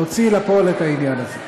להוציא לפועל את העניין הזה.